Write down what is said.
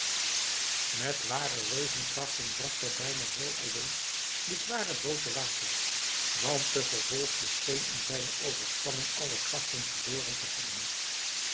met ware reuzenkrachten bracht hij bijna heel alleen de zware boot te water want de vervolgde scheen in zijne overspanning alle krachten verloren te hebben